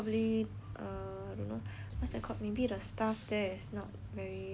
what's that called maybe the staff there is not very their manpower is